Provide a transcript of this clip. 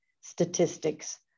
statistics